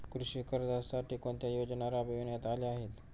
कृषी कर्जासाठी कोणत्या योजना राबविण्यात आल्या आहेत?